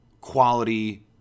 quality